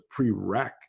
prereq